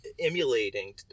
emulating